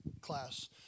class